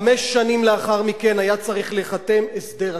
חמש שנים לאחר מכן היה צריך להיחתם הסדר הקבע.